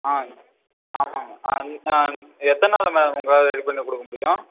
ஆ ஆமாம் ஆமாம் எத்தனை நாளில் மேம் உங்களால் ரெடி பண்ணி கொடுக்க முடியும்